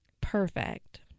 Perfect